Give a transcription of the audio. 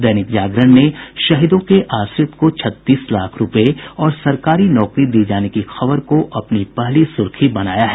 दैनिक जागरण ने शहीदों के आश्रित को छत्तीस लाख रूपये और सरकारी नौकरी दिये जाने की खबर को अपनी पहली सुर्खी बनाया है